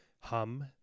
hum